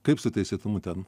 kaip su teisėtumu ten